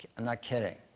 i'm not kidding.